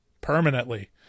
permanently